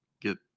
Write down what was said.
get